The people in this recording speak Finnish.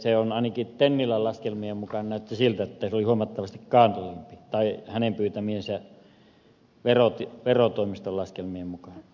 se ainakin tennilän laskelmien mukaan näytti siltä että se on huomattavasti kalliimpi tai hänen pyytämiensä verotoimiston laskelmien mukaan